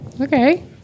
okay